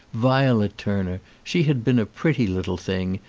violet turner, she had been a pretty little thing,